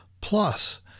Plus